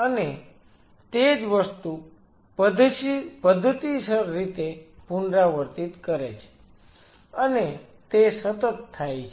અને તે જ વસ્તુ પધ્ધતિસર રીતે પુનરાવર્તિત કરે છે અને તે સતત થાય છે